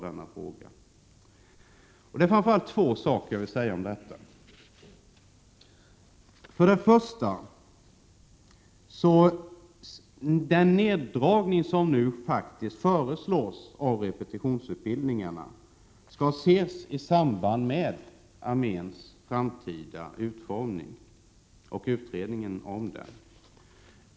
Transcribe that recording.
Det är framför allt två saker som jag vill säga om detta. För det första: Den neddragning av repetitionsutbildningen som faktiskt föreslås skall sättas i samband med utredningen om arméns framtida utformning.